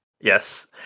yes